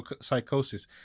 psychosis